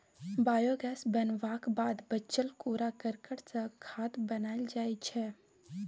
biogas बनबाक बाद बचल कुरा करकट सँ खाद बनाएल जाइ छै